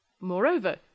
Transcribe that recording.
Moreover